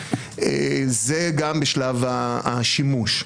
זה גם בשלב השימוש.